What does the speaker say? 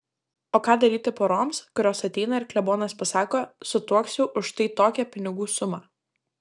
o ką daryti poroms kurios ateina ir klebonas pasako sutuoksiu už štai tokią pinigų sumą